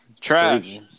Trash